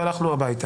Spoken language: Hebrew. והלכנו הביתה.